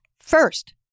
first